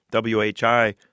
WHI